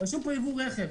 רשום פה "יבוא רכב",